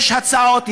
יש הצעות,